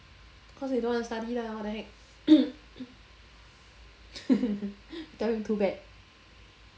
cause they dont' want to study lah what the heck you tell him too bad